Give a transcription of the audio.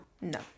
No